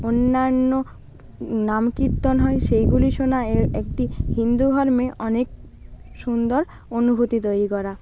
অন্যান্য নামকীর্তন হয় সেইগুলি শোনা একটি হিন্দু ধর্মে অনেক সুন্দর অনুভূতি তৈরি করা